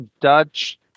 Dutch